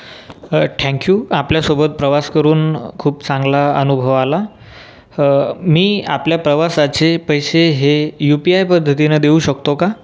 thank you आपल्या सोबत प्रवास करून खूप चांगला अनुभव आला मी आपल्या प्रवासाचे पैसे हे यु पी आय पद्धतीने देऊ शकतो का